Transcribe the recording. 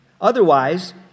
Otherwise